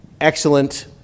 excellent